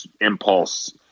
impulse